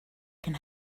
can